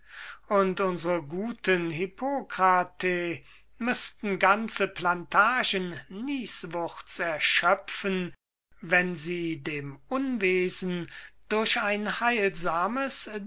und unsre guten hippokrate müßten ganze plantagen nießwurz erschöpfen wenn sie dem unwesen durch ein heilsames